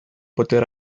poter